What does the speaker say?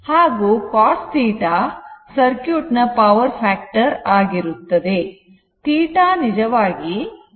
ಹಾಗೂ cos θ circuit ನ power factor ಆಗಿರುತ್ತದೆ